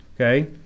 okay